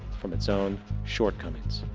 from it's own shortcomings.